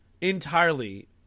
entirely